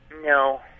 No